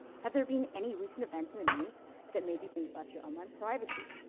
have there been any recent events in the news that made you think about your online privacy?